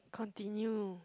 continue